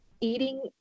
eating